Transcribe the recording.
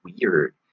weird